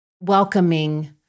welcoming